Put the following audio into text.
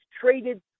traded